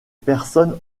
personnes